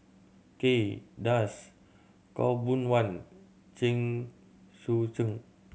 Kay Das Khaw Boon Wan Chen Sucheng